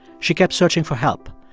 she kept searching for help.